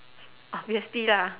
obviously lah